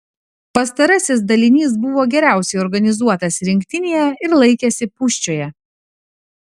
pastarasis dalinys buvo geriausiai organizuotas rinktinėje ir laikėsi pūščioje